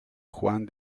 juan